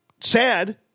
sad